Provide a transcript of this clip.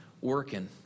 working